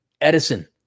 Edison